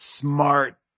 smart